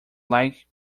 like